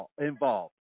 involved